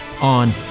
on